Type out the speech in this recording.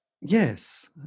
Yes